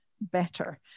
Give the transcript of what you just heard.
better